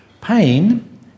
pain